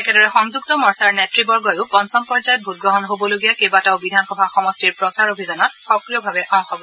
একেদৰে সংযুক্ত মৰ্চাৰ নেতৃবগহিও পঞ্চম পৰ্যায়ত ভোটগ্ৰহণ হ'বলগীয়া কেইবাটাও বিধানসভা সমষ্টিৰ প্ৰচাৰ অভিযানত সক্ৰিয়ভাৱে অংশগ্ৰহণ কৰে